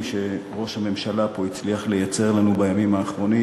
שראש הממשלה פה הצליח לייצר לנו בימים האחרונים,